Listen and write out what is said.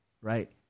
Right